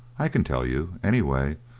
i can tell you, anyway,